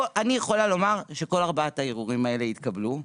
אני יכולה לומר שכל ארבעת הערעורים האלה התקבלו,